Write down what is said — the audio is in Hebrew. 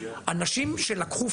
אנשים שלקחו